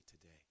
today